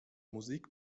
musik